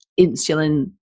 insulin